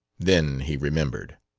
then he remembered.